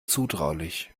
zutraulich